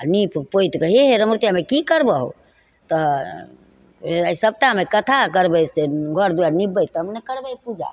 आओर नीप पोति कऽ हे हे रमरतिया माय की करबोहो तऽ अइ सप्तामे कथा करबय से घर दुआरि नीपबय तबने करबय पूजा